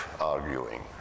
arguing